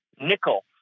nickel